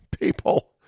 People